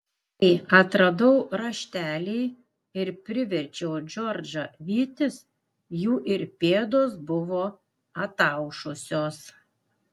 kai atradau raštelį ir priverčiau džordžą vytis jų ir pėdos buvo ataušusios